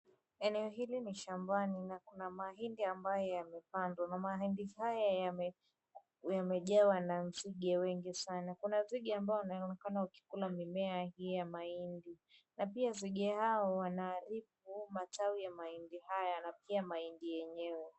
Eneo hili ni shambani na kuna mahindi ambayo yamepandwa na mahindi haya yamejawa na nzige wengi sana. Kuna nzige ambao wanaonekana wakikula mimea ya mahindi na pia nzige hawa wanaharibu matawi ya mahindi haya na pia mahindi yenyewe.